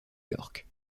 york